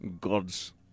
gods